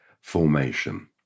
formation